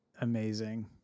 Amazing